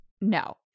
no